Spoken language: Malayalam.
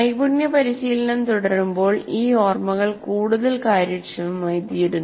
നൈപുണ്യ പരിശീലനം തുടരുമ്പോൾ ഈ ഓർമ്മകൾ കൂടുതൽ കൂടുതൽ കാര്യക്ഷമമായിത്തീരുന്നു